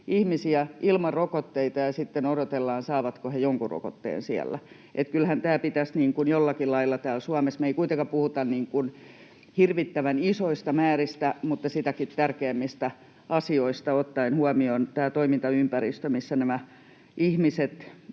ihmisiä ilman rokotteita ja sitten odotellaan, saavatko he jonkun rokotteen siellä. Kyllähän tämä pitäisi jollakin lailla hoitaa täällä Suomessa, me ei kuitenkaan puhuta hirvittävän isoista määristä, mutta sitäkin tärkeämmistä asioista ottaen huomioon tämän toimintaympäristön, missä nämä ihmiset